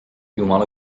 jumala